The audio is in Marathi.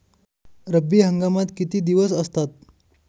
रब्बी हंगामात किती दिवस असतात?